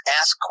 ask